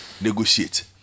negotiate